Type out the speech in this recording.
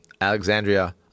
Alexandria